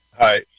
Hi